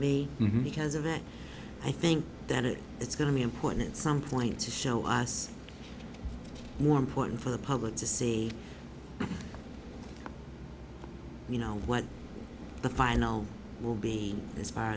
me because of that i think that it it's going to be a point at some point to show us more important for the public to see you know what the final will be as far